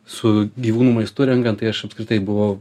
su gyvūnų maistu rengiant tai aš apskritai buvau